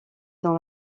dans